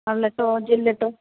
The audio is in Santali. ᱞᱮᱴᱚ ᱡᱤᱞ ᱞᱮᱴᱚ